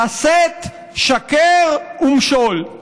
הסת, שקר ומשול.